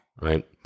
right